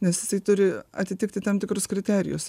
nes jisai turi atitikti tam tikrus kriterijus